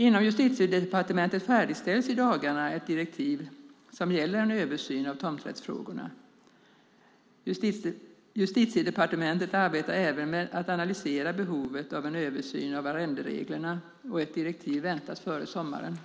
Inom Justitiedepartementet färdigställs i dagarna ett direktiv som gäller en översyn av tomträttsfrågorna. Justitiedepartementet arbetar även med att analysera behovet av en översyn av arrendereglerna, och ett direktiv väntas före sommaren.